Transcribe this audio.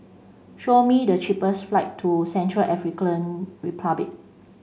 show me the cheapest flight to Central African Republic